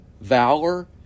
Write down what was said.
valor